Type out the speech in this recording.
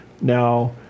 now